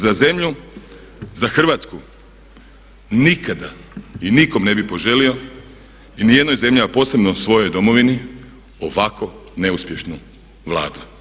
Za zemlju, za Hrvatsku nikada i nikom ne bih poželio, nijednoj zemlji a posebno svojoj domovini ovako neuspješnu Vladu.